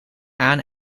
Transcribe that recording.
aan